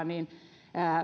niin